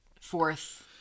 fourth-